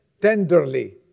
tenderly